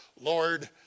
Lord